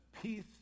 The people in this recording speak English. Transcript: peace